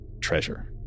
treasure